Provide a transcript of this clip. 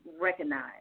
recognize